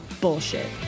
bullshit